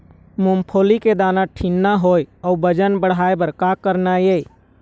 मूंगफली के दाना ठीन्ना होय अउ वजन बढ़ाय बर का करना ये?